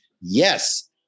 yes